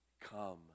come